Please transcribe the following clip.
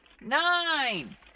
nine